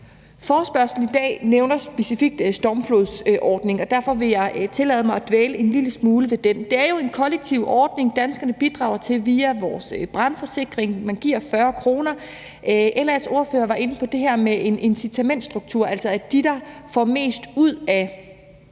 Forespørgslen i dag nævner specifikt stormflodsordningen. Derfor vil jeg tillade mig at dvæle en lille smule ved den. Det er jo en kollektiv ordning, danskerne bidrager til via deres brandforsikring. Man giver 40 kr. LA's ordfører var inde på det her med en incitamentsstruktur, altså at de, der får mest ud af